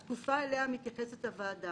שזו התקופה אליה מתייחסת הוועדה,